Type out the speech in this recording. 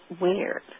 weird